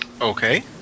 Okay